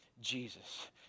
Jesus